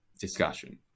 discussion